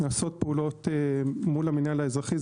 נעשות פעולות מול המינהל האזרחי,